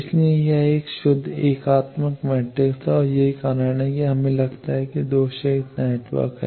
इसलिए यह एक शुद्ध एकात्मक मैट्रिक्स है और यही कारण है कि हमें लगता है कि यह दोषरहित नेटवर्क है